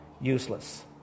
useless